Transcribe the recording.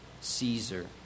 Caesar